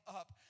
up